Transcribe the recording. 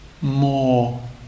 more